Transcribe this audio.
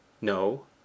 No